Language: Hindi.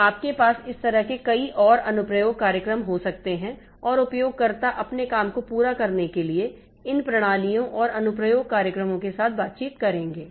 तो आपके पास इस तरह के कई और अनुप्रयोग कार्यक्रम हो सकते हैं और उपयोगकर्ता अपने काम को पूरा करने के लिए इन प्रणालियों और अनुप्रयोग कार्यक्रमों के साथ बातचीत करेंगे